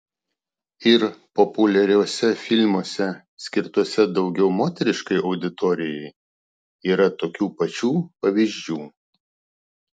ir populiariuose filmuose skirtuose daugiau moteriškai auditorijai yra tokių pačių pavyzdžių